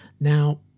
Now